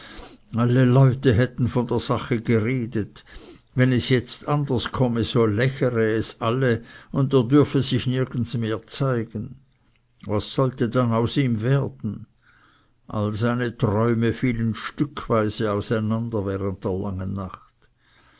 alle leute hätten von der sache geredet wenn es jetzt anders komme so lächerete es alle und er dürfe sich nirgends mehr zeigen was sollte dann aus ihm werden alle seine träume fielen stückweise auseinander während der langen nacht